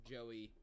Joey